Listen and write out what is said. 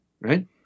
right